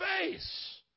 face